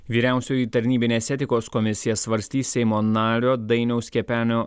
vyriausioji tarnybinės etikos komisija svarstys seimo nario dainiaus kepenio